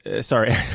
sorry